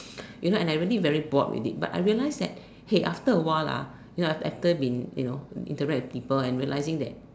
you know and I really very bored with it but I realised that hey after a while lah you know after been you know interact with people and realising that